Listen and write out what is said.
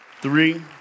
three